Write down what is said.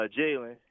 Jalen